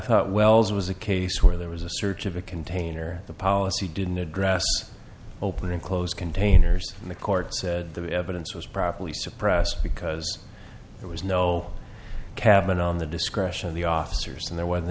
thought wells was a case where there was a search of a container the policy didn't address open and closed containers and the court said the evidence was properly suppressed because there was no cabin on the discretion of the officers and there w